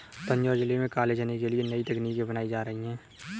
तंजौर जिले में काले चने के लिए नई तकनीकें अपनाई जा रही हैं